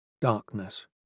Darkness